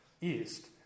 east